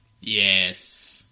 Yes